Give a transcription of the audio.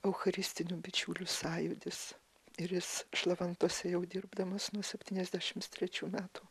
eucharistinių bičiulių sąjūdis ir jis šlavantuose jau dirbdamas nuo septyniasdešimt trečių metų